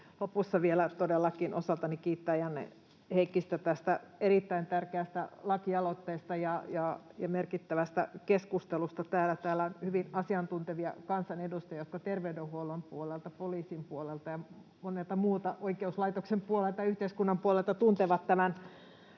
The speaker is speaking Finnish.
lopussa vielä todellakin osaltani kiittää Janne Heikkistä tästä erittäin tärkeästä lakialoitteesta ja merkittävästä keskustelusta täällä. Täällä on hyvin asiantuntevia kansanedustajia, jotka terveydenhuollon puolelta, poliisin puolelta ja monelta muulta puolelta, oikeuslaitoksen puolelta, yhteiskunnan puolelta tuntevat tämän